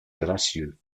gracieux